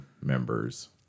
members